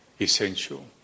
essential